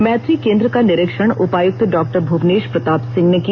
मैत्री केंद्र का निरीक्षण उपायुक्त डॉ भूवनेश प्रताप सिंह ने की